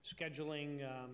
scheduling